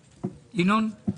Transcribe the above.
ינון,